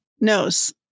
knows